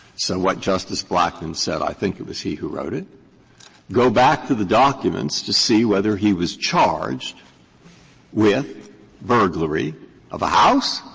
so what justice blackmun said i think it was he who wrote it go back to the documents to see whether he was charged with burglary of a house,